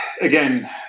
again